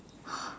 !huh!